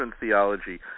theology